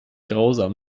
grausam